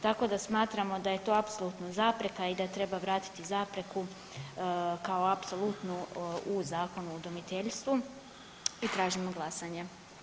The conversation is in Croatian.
Tako da smatramo da je to apsolutno zapreka i da treba vratiti zapreku kao apsolutnu u Zakonu o udomiteljstvu i tražimo glasanje.